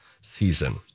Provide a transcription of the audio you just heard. season